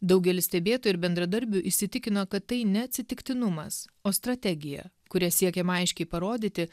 daugelis stebėtojų ir bendradarbių įsitikino kad tai ne atsitiktinumas o strategija kuria siekiama aiškiai parodyti